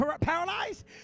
paralyzed